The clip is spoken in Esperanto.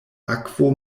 akvo